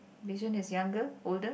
wei-sheng is younger older